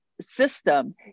system